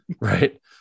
right